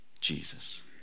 Jesus